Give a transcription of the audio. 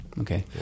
Okay